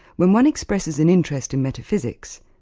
when one expresses an interest in metaphysics,